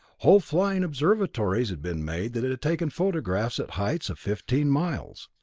whole flying observatories had been made that had taken photographs at heights of fifteen miles,